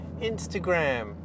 Instagram